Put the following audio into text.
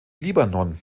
libanon